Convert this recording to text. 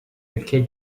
ülke